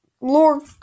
lord